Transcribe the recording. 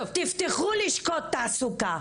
תפתחו לשכות תעסוקה.